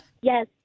Yes